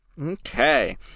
Okay